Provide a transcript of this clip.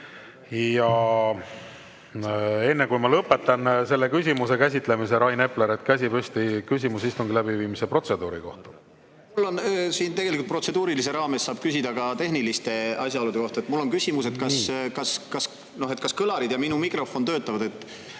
Ja enne, kui ma lõpetan selle küsimuse käsitlemise, Rain Epleril käsi püsti, küsimus istungi läbiviimise protseduuri kohta. Mul on siin tegelikult – protseduurilise raames saab küsida ka tehniliste asjaolude kohta –, mul on küsimus, et kas kõlarid ja minu mikrofon töötavad?